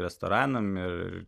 restoranam ir